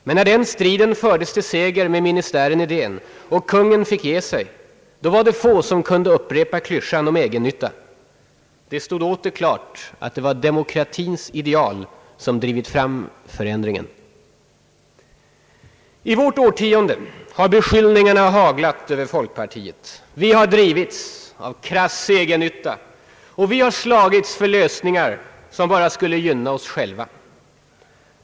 Men när den striden fördes till seger med ministären Edén och kungen fick ge sig var det få som kunde upprepa klyschorna om egennytta — det stod åter klart att det var demokratins ideal som drivit fram förändringen. I vårt årtionde har beskyllningarna haglat över folkpartiet: vi har drivits av krass egennytta och vi har slagits för lösningar som bara skulle gynna oss själva.